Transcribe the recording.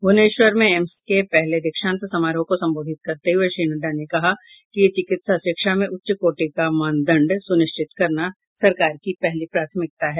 भुवनेश्वर में एम्स के पहले दीक्षान्त समारोह को संबोधित करते हुए श्री नड्डा ने कहा कि चिकित्सा शिक्षा में उच्च कोटि का मानदंड सुनिश्चित करना सरकार की पहली प्राथमिकता है